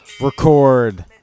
Record